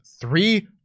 three